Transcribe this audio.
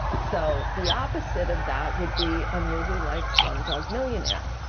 so the opposite of that would be a movie like slumdog millionaire.